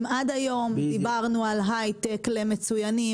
אם עד היום דיברנו על הייטק למצוינים,